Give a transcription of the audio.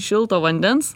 šilto vandens